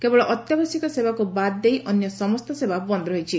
କେବଳ ଅତ୍ୟାବଶ୍ୟକୀୟ ସେବାକୁ ବାଦ୍ ଦେଇ ଅନ୍ୟ ସମ୍ତ ସେବା ବନ୍ଦ ରହିଛି